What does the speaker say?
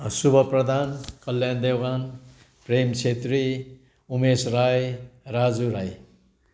शुभ प्रधान कल्याण देवान प्रेम छेत्री उमेश राई राजु राई